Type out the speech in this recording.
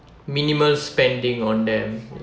minimal spending on them